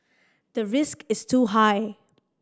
the risk is too high